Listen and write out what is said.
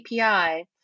API